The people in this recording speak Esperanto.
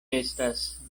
estas